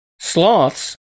Sloths